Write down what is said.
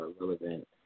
relevant